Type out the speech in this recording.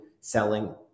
selling